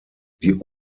die